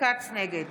נגד